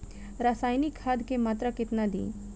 रसायनिक खाद के मात्रा केतना दी?